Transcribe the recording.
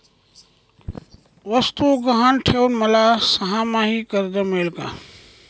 वस्तू गहाण ठेवून मला सहामाही कर्ज मिळेल का?